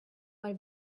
mal